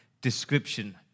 description